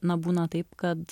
na būna taip kad